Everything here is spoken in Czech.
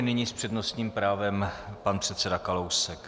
Nyní s přednostním právem pan předseda Kalousek.